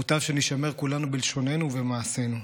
מוטב שנישמר כולנו בלשוננו ובמעשינו.